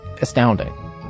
astounding